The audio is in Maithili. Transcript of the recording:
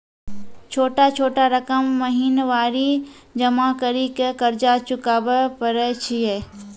छोटा छोटा रकम महीनवारी जमा करि के कर्जा चुकाबै परए छियै?